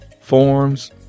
forms